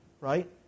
Right